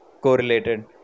correlated